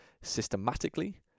systematically